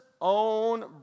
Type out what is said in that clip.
own